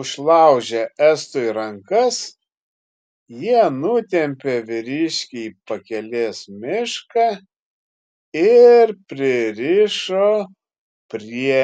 užlaužę estui rankas jie nutempė vyriškį į pakelės mišką ir pririšo prie